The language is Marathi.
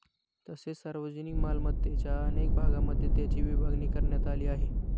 तसेच सार्वजनिक मालमत्तेच्या अनेक भागांमध्ये त्याची विभागणी करण्यात आली आहे